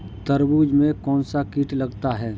तरबूज में कौनसा कीट लगता है?